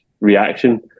reaction